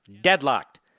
deadlocked